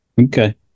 okay